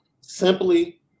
Simply